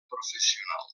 professional